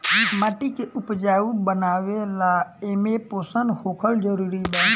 माटी के उपजाऊ बनावे ला एमे पोषण होखल जरूरी बा